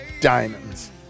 diamonds